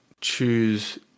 choose